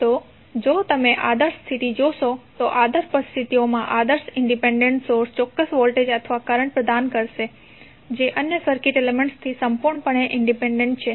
તો જો તમે આદર્શ સ્થિતિ જોશો તો આદર્શ પરિસ્થિતિઓમાં આદર્શ ઇંડિપેંડેન્ટ સોર્સ ચોક્કસ વોલ્ટેજ અથવા કરંટ પ્રદાન કરશે જે અન્ય સર્કિટ એલિમેન્ટથી સંપૂર્ણપણે ઇંડિપેંડેન્ટ છે